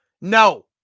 No